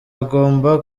hagomba